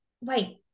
wait